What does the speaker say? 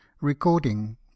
Recording